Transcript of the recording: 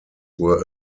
were